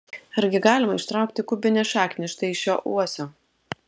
argi galima ištraukti kubinę šaknį štai iš šio uosio